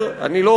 אני אפילו זוכר,